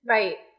Right